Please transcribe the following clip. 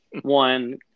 one